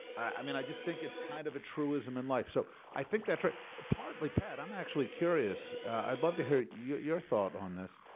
i mean, i just think it's kind of a truism in life. so i think that's right. ah partly, pat, i'm actually curious. i'd love to hear your your thought on this.